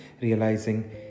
realizing